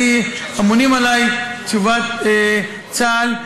אמונה עלי תשובת צה"ל.